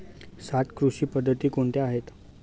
सात कृषी पद्धती कोणत्या आहेत?